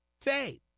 Faith